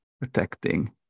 protecting